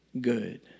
good